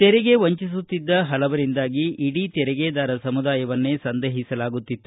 ತೆರಿಗೆ ವಂಚಿಸುತ್ತಿದ್ದ ಪಲವರಿಂದಾಗಿ ಇಡೀ ತೆರಿಗೆದಾರ ಸಮುದಾಯವನ್ನೇ ಸಂದೇಹಿಸಲಾಗುತ್ತಿತ್ತು